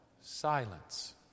Silence